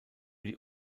die